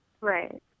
Right